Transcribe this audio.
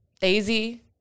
Daisy